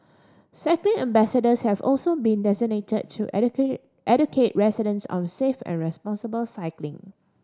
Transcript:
cycling ambassadors have also been designate to educate residents on safe and responsible cycling